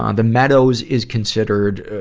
um the meadows is considered, ah,